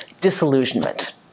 disillusionment